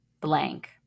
blank